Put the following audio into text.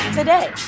today